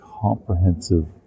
comprehensive